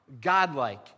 God-like